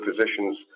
Physicians